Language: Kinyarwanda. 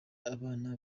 abana